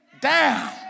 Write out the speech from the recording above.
down